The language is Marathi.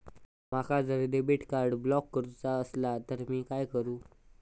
माका जर डेबिट कार्ड ब्लॉक करूचा असला तर मी काय करू?